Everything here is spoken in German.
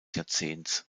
jahrzehnts